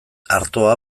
artoa